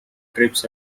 trips